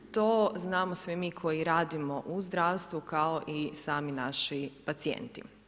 To znamo svi mi koji radimo u zdravstvu kao i sami naši pacijenti.